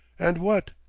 and what,